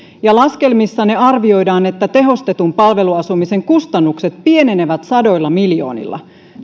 ja laskelmissanne arvioidaan että tehostetun palveluasumisen kustannukset pienenevät sadoilla miljoonilla